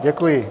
Děkuji.